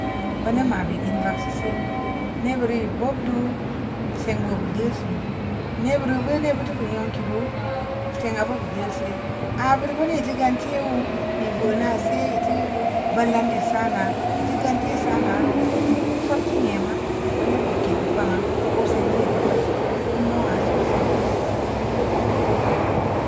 Veneb ma’ bed in vagseu see neburi bob duu, seng boo bu deungsunu, nebiro beuneu bu fu keu nyonkiro seng abu beu zeusee, abura beu neu buteu gante wuu i veunaa see i teu vallande saana i teu gante saana roo bu fak teu nyama veneb co ked bu kpangna ko sengu du geu pad bu mo’a sosai.